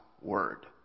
Word